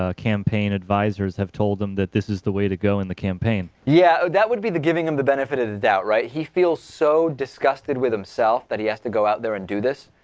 ah campaign advisers have told them that this is the way to go in the campaign yeah ah. that would be the giving them the benefit of doubt right he feels so disgusted with himself but he has to go out there and do this